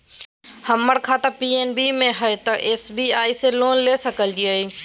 हमर खाता पी.एन.बी मे हय, तो एस.बी.आई से लोन ले सकलिए?